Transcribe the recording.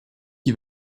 qui